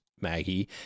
Maggie